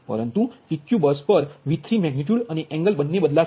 પરંતુ PQ બસ પર V3મેગનિટ્યુડ અને એન્ગલ બંને બદલાશે